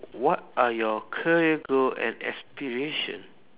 what are your career goal and aspiration